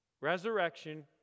Resurrection